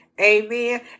Amen